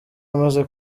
amaze